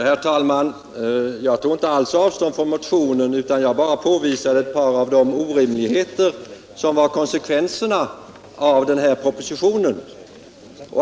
Herr talman! Jag tog inte alls avstånd från motionen, utan jag bara påvisade ett par av de orimligheter som var konsekvenserna av propositionen.